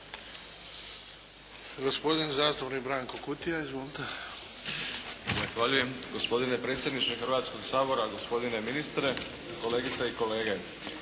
Gospodin zastupnik Branko Kutija. Izvolite. **Kutija, Branko (HDZ)** Zahvaljujem gospodine predsjedniče Hrvatskog sabora, gospodine ministre, kolegice i kolege.